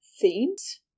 themes